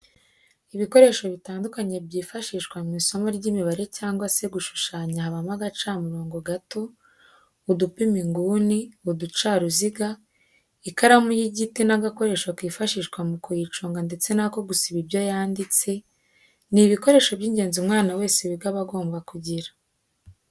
Ibikoresho bitandukanye byifashishwa mu isomo ry'imibare cyangwa se mu gushushanya habamo agacamurongo gato, udupima inguni, uducaruziga, ikaramu y'igiti n'agakoresho kifashishwa mu kuyiconga ndetse n'ako gusiba ibyo yanditse, ni ibikoresho by'ingenzi umwana wese wiga aba agomba kugira.